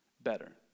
better